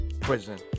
prison